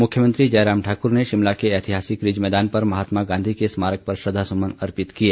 मुख्यमंत्री जयराम ठाकुर शिमला के ऐतिहासिक रिज मैदान पर महात्मा गांधी के स्मारक पर श्रद्दासुमन अर्पित किए